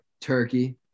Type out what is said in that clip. turkey